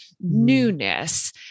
newness